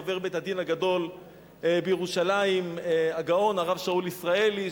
חבר בית-הדין הגדול בירושלים הגאון הרב שאול ישראלי,